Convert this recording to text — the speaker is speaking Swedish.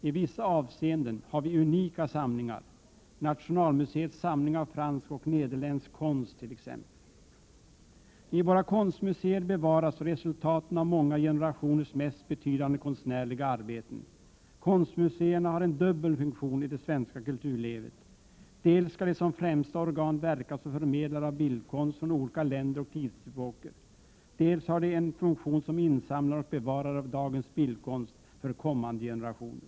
I vissa avseenden har vi unika samlingar — Nationalmuseums samling av fransk och nederländsk konst t.ex. I våra konstmuseer bevaras resultaten av många generationers mest betydande konstnärliga arbeten. Konstmuseerna har en dubbel funktion i det svenska kulturlivet. Dels skall de som främsta organ verka som förmedlare av bildkonst från olika länder och tidsperioder, dels har de en funktion som insamlare och bevarare av dagens bildkonst för kommande generationer.